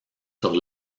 sur